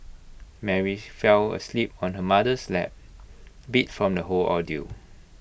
Mary fell asleep on her mother's lap beat from the whole ordeal